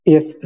Yes